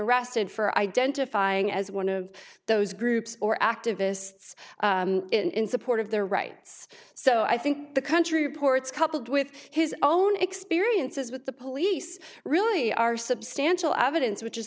arrested for identifying as one of those groups or activists in support of their rights so i think the country reports coupled with his own experiences with the police really are substantial evidence which is